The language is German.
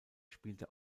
spielte